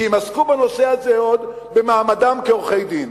כי הם עסקו בנושא הזה עוד במעמדם כעורכי-דין.